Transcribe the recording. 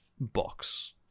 box